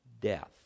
death